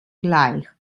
gleich